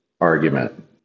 argument